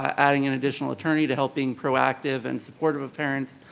adding an additional attorney to help being proactive and supportive of parents.